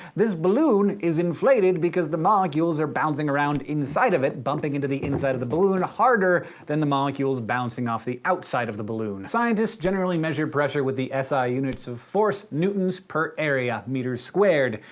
this balloon is inflated because the molecules are bouncing around inside of it, bumping into the inside of the balloon harder than the molecules bouncing off the outside of the balloon. scientists generally measure pressure with the s i. unit so of force newtons per area, meters squared,